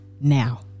now